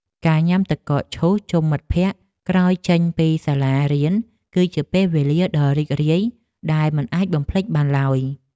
ការញ៉ាំទឹកកកឈូសជុំមិត្តភក្តិក្រោយចេញពីសាលារៀនគឺជាពេលវេលាដ៏រីករាយដែលមិនអាចបំភ្លេចបានឡើយ។